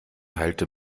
teilte